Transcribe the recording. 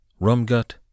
Rumgut